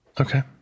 Okay